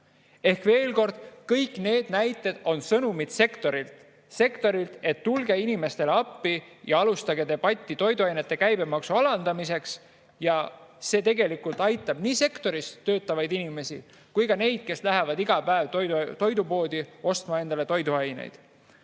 Ehk veel kord: kõik need näited on sõnumid, et tulge inimestele appi ja alustage debatti toiduainete käibemaksu alandamiseks. See aitaks nii sektoris töötavaid inimesi kui ka neid, kes lähevad iga päev toidupoodi ostma toiduaineid.